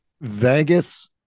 Vegas